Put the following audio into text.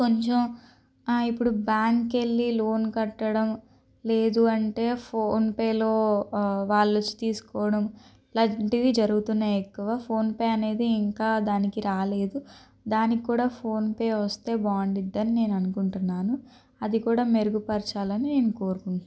కొంచెం ఇప్పుడు బ్యాంక్ కు వెళ్ళి లోన్ కట్టడం లేదు అంటే ఫోన్పేలో వాళ్ళు ఇచ్చి తీసుకోవడం ఇలాంటివి జరుగుతున్నాయి ఎక్కువ ఫోన్పే అనేది ఇంకా దానికి రాలేదు దానికి కూడా ఫోన్పే వస్తే బాగుంటుంది అని నేను అనుకుంటున్నాను అది కూడా మెరుగుపరచాలని నేను కోరుకుంటున్నాను